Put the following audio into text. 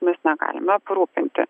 mes negalime aprūpinti